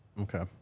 Okay